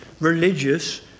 religious